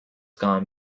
gone